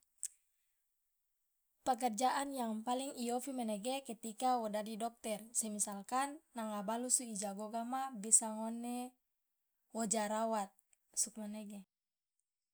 pekerjaan yang paling iofi nege ketika wo dadi dokter semisalkan nanga balusu ijagogama bisa ngone woja rawat sokomanege.